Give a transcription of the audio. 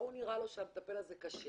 ההוא נראה לו שהמטפל הזה קשה,